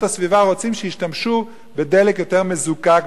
הסביבה רוצים שישתמשו בדלק יותר מזוקק,